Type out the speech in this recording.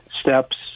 steps